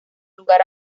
lugar